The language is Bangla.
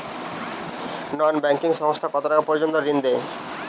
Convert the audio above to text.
নন ব্যাঙ্কিং সংস্থা কতটাকা পর্যন্ত ঋণ দেয়?